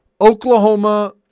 Oklahoma